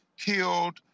killed